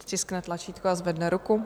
Ať stiskne tlačítko a zvedne ruku.